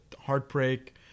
heartbreak